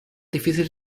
difícil